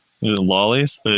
lollies